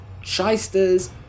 shysters